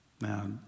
Now